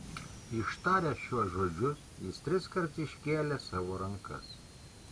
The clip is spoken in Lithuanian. ištaręs šiuos žodžius jis triskart iškėlė savo rankas